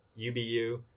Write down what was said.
UBU